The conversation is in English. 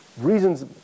reasons